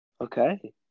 Okay